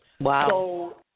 Wow